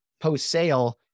post-sale